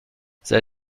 they